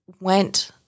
went